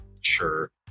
Sure